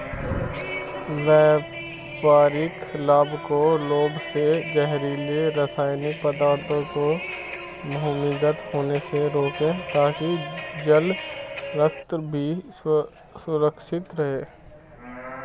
व्यापारिक लाभ के लोभ से जहरीले रासायनिक पदार्थों को भूमिगत होने से रोकें ताकि जल स्रोत भी सुरक्षित रहे